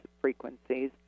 frequencies